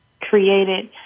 created